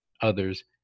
others